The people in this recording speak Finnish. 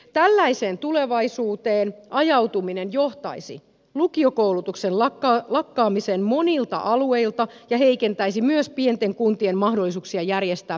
tällaiseen tulevaisuuteen ajautuminen johtaisi lukiokoulutuksen lakkaamiseen monilta alueilta ja heikentäisi myös pienten kuntien mahdollisuuksia järjestää perusopetusta